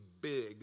big